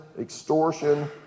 extortion